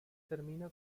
termina